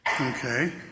Okay